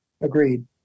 Agreed